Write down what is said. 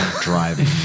driving